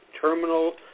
terminal